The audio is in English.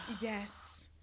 Yes